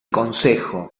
consejo